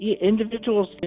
individuals